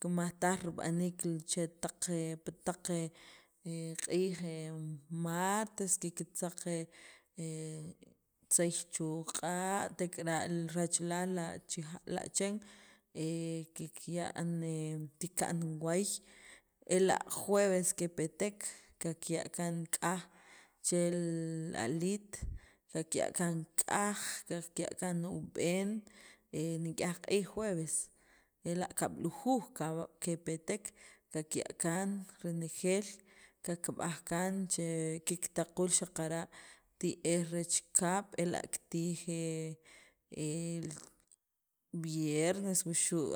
kimajtaj rib'aniik li chetaq he pi taq q'iij martes kiktzaq tzey chu q'a', tek'ara' rachalaal li achen he kikya' kika'n waay ela' jueves kepetek, kakya' kaan k'aj che li aliit kikya' kaan k'aj kakya' kaan ub'en e nik'iaj q'iij jueves, kab'lujuuj renejeel kakb'aj kaan che kiktaquul xaqara' ti'ej re chikap ela' kitij e he viernes wuxu'